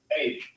Hey